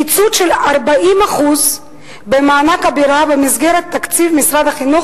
קיצוץ של 40% במענק הבירה במסגרת תקציב משרד החינוך